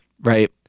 right